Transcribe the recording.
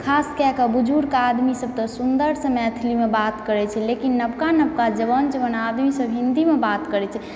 खास कए कऽ बुजुर्ग आदमी सब तऽ सुन्दर सऽ मैथिलीमे बात करै छै लेकिन नबका नबका जबान जबान आदमी सब हिन्दीमे बात करै छै